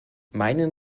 meinen